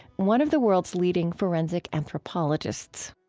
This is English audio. one of the world's leading forensic anthropologists.